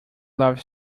love